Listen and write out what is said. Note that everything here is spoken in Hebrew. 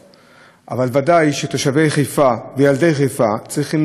אבל ודאי שתושבי חיפה וילדי חיפה צריכים להיות מודאגים,